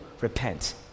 Repent